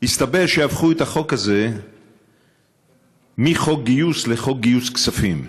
הסתבר שהפכו את החוק הזה מחוק גיוס לחוק גיוס כספים.